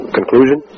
conclusion